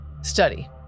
Study